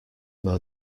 mow